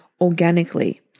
organically